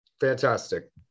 Fantastic